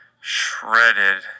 shredded